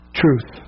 truth